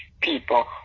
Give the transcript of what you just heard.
people